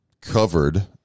covered